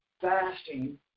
fasting